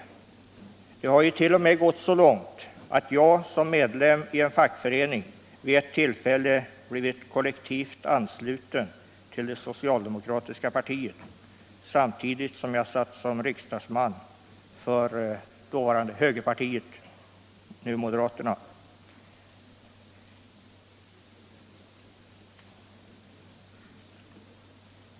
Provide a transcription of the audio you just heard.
Det har t.o.m. gått så långt att jag som medlem i en fackförening vid ett tillfälle blivit kollektivansluten till det socialdemokratiska partiet samtidigt som jag satt som riksdagsman för dåvarande högerpartiet, nuvarande moderata samlingspartiet.